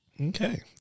Okay